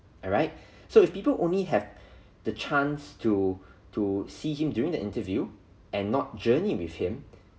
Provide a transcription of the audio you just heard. alright so if people only have the chance to to see him during the interview and not journey with him